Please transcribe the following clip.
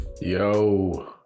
Yo